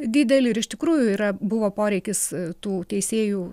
didelį ir iš tikrųjų yra buvo poreikis tų teisėjų